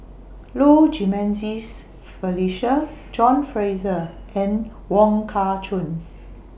Low Jimenez Felicia John Fraser and Wong Kah Chun